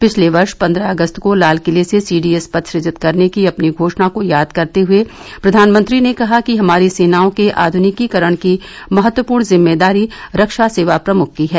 पिछले वर्ष पंद्रह अगस्त को लाल किले से सीडीएस पद सुजित करने की अपनी घोषणा को याद करते हुए प्रधानमंत्री ने कहा कि हमारी सेनाओं के आध्निकीकरण की महत्वपूर्ण जिम्मेदारी रक्षा सेवा प्रमुख की है